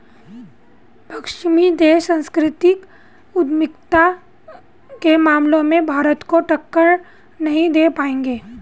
पश्चिमी देश सांस्कृतिक उद्यमिता के मामले में भारत को टक्कर नहीं दे पाएंगे